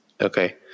Okay